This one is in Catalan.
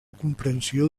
comprensió